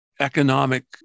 economic